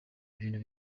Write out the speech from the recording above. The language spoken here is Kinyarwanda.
ibintu